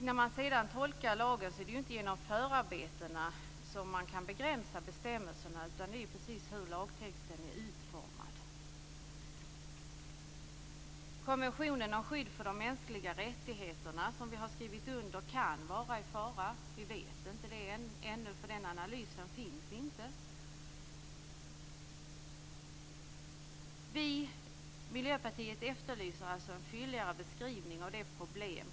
När man sedan tolkar lagen är det ju inte genom förarbetena som man kan begränsa bestämmelserna, utan det är ju precis hur lagtexten är utformad. Konventionen om skydd för de mänskliga rättigheterna, som vi har skrivit under, kan vara i fara. Vi vet inte det ännu, för den analysen finns inte. Miljöpartiet efterlyser alltså en fylligare beskrivning av problemet.